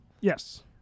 Yes